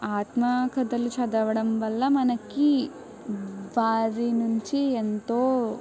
ఆత్మ కథలు చదవడం వల్ల మనకి వారి నుంచి ఎంతో